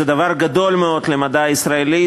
זה דבר גדול מאוד למדע הישראלי.